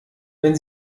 wenn